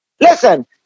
Listen